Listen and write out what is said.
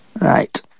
Right